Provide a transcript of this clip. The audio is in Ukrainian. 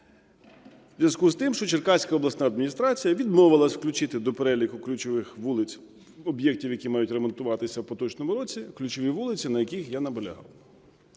у зв'язку з тим, що Черкаська обласна адміністрація відмовилась включити до переліку ключових вулиць об'єктів, які мають ремонтуватися в поточному році, ключові вулиці, на яких я наполягав.